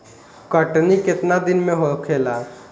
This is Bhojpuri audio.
कटनी केतना दिन में होखेला?